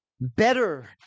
better